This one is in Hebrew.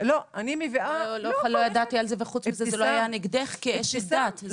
לא ידעתי על זה, וזה לא היה נגדך כאשת דת.